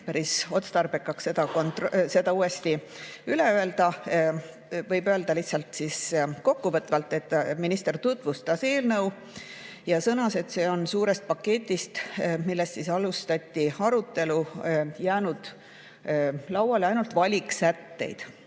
päris otstarbekaks seda uuesti üle rääkida. Võib öelda lihtsalt kokkuvõtvalt, et minister tutvustas eelnõu ja sõnas, et suurest paketist, millest arutelu alustati, on jäänud lauale ainult valik sätteid,